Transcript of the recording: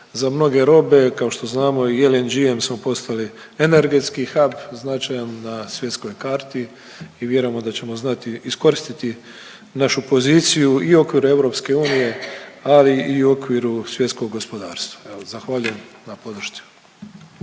za mnoge robe. Kao što znamo i LNG mi smo postali energetski hub značajan na svjetskoj karti i vjerujemo da ćemo znati iskoristiti našu poziciju i u okviru EU, ali i u okviru svjetskog gospodarstva. Evo zahvaljujem na podršci.